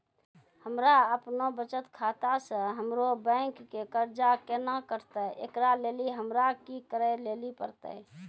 हमरा आपनौ बचत खाता से हमरौ बैंक के कर्जा केना कटतै ऐकरा लेली हमरा कि करै लेली परतै?